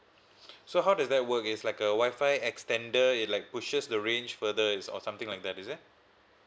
so how does that work is like a Wi-Fi extender it like pushes the range further is or something like that is it